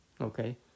Okay